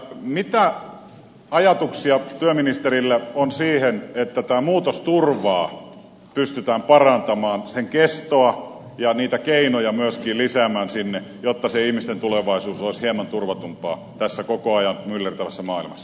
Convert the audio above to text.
mitä ajatuksia työministerillä on siihen että tätä muutosturvaa pystytään parantamaan sen kestoa ja niitä keinoja myöskin lisäämään sinne jotta se ihmisten tulevaisuus olisi hieman turvatumpaa tässä koko ajan myllertävässä maailmassa